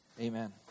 Amen